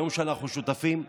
ויום שאנחנו שותפים,